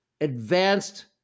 advanced